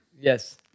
Yes